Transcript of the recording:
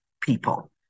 people